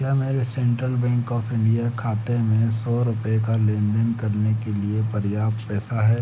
क्या मेरे Central Bank of India खाते में सौ रुपये का लेन देन करने के लिए पर्याप्त पैसा है